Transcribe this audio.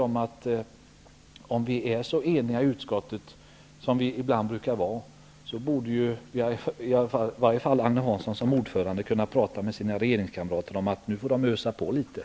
Om vi är så eniga i utskottet, som vi ibland brukar vara, borde Agne Hansson som ordförande kunna prata med sina regeringskamrater och säga åt dem att ösa på litet.